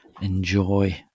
enjoy